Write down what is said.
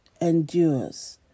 endures